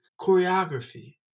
choreography